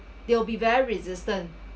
they will be very resistant